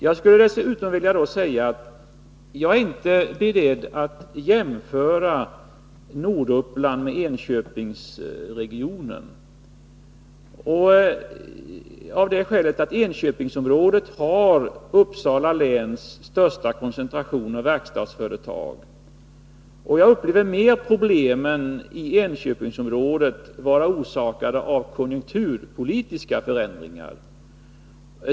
Jag skulle dessutom vilja säga att jag inte är beredd att jämföra Norduppland med Enköpingsregionen, av det skälet att Enköpingsområdet har Uppsala läns största koncentration av verkstadsföretag. Jag upplever att problemen i Enköpingsområdet mera är orsakade av konjunkturpolitiska förändringar.